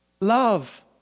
love